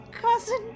cousin